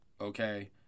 okay